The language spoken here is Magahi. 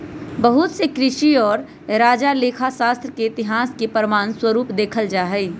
बहुत से ऋषि और राजा लेखा शास्त्र के इतिहास के प्रमाण स्वरूप देखल जाहई